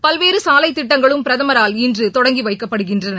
பல்வேறு சாலை திட்டங்களும் பிரதமரால் இன்று தொடங்கி வைக்கப்படுகின்னறன